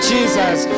Jesus